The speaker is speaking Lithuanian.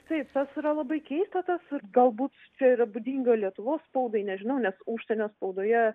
taip tas yra labai keista tas ir galbūt čia yra būdinga lietuvos spaudai nežinau nes užsienio spaudoje